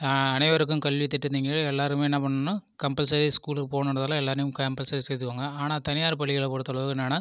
அனைவருக்கும் கல்வி திட்டத்தின் கீழ் எல்லோருமே என்ன பண்ணணும்னால் கம்பெல்சரி ஸ்கூலுக்கு போகணும்ன்றதுனால எல்லாரையும் கம்பல்சரி சேர்த்துப்பாங்க ஆனால் தனியார் பள்ளிகளை பொருத்த அளவு என்னன்னால்